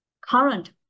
current